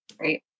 Right